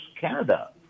Canada